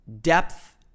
depth